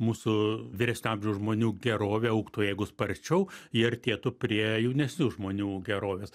mūsų vyresnio amžiaus žmonių gerovė augtų jeigu sparčiau ji artėtų prie jaunesnių žmonių gerovės